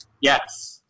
Yes